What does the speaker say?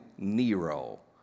Nero